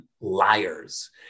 liars